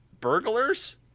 burglars